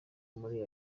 muri